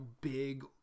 big